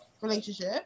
relationship